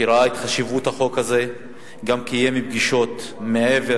שראה את חשיבות החוק הזה וגם קיים פגישות מעבר